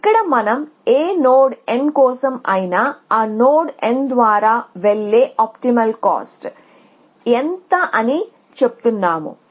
ఇక్కడ మనం ఏ నోడ్ n కోసం అయినా ఆ నోడ్ n ద్వారా వెళ్ళే ఆప్టిమల్ కాస్ట్ ఎంత అని చెప్తున్నాము